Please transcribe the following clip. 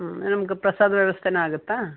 ಹ್ಞೂ ನಮ್ಗೆ ಪ್ರಸಾದ ವ್ಯವಸ್ಥೆನೇ ಆಗುತ್ತಾ